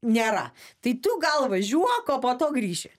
nėra tai tu gal važiuok o po to grįši